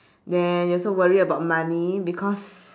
then you also worry about money because